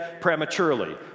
prematurely